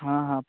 हाँ हाँ